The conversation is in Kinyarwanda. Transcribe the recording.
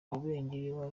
rubengera